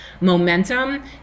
Momentum